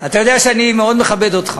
אתה יודע שאני מאוד מכבד אותך,